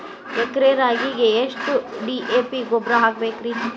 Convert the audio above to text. ಎಕರೆ ರಾಗಿಗೆ ಎಷ್ಟು ಡಿ.ಎ.ಪಿ ಗೊಬ್ರಾ ಹಾಕಬೇಕ್ರಿ?